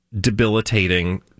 debilitating